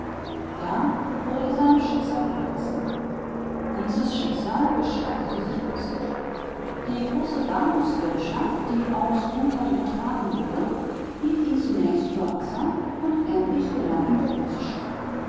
da wurde er seinem schicksal überlassen dieses schicksal gestaltete sich günstig die große bahnhofswirtschaft die august bunkert übertragen wurde hielt ihn zunächst über wasser und endlich gelang ihm der große schlag